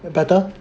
better